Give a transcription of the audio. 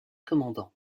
commandant